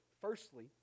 firstly